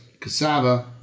cassava